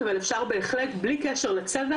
אנחנו יכולים לבדוק את הנושא הזה,